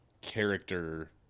character